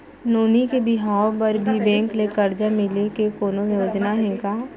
नोनी के बिहाव बर भी बैंक ले करजा मिले के कोनो योजना हे का?